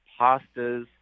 pastas